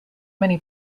many